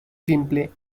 simple